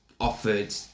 offered